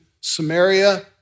Samaria